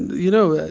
you know,